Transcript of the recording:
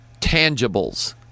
tangibles